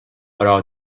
però